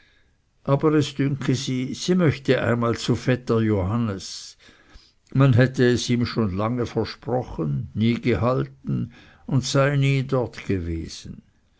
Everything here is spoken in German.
aber es dünke sie sie mochte einmal zu vetter johannes man hätte es ihm schon lange versprochen nie gehalten und sie sei nie dort gewesen